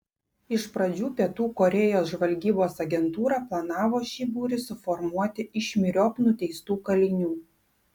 iš pradžių pietų korėjos žvalgybos agentūra planavo šį būrį suformuoti iš myriop nuteistų kalinių